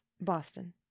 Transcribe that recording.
Boston